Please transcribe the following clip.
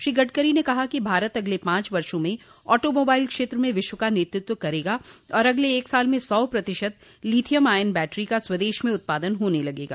श्री गड़करी ने कहा कि भारत अगले पांच वर्षों में ऑटो मोबाइल क्षेत्र में विश्व का नेतृत्व करेगा और अगले एक साल में सौ प्रतिशत लीथियम आयन बैटरी का स्वदेश में उत्पादन होने लगेगा